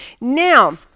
Now